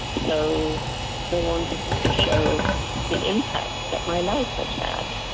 you know they wanted to show the impact that my life has had.